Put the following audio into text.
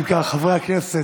אם כך, חברי הכנסת,